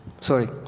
Sorry